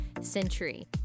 century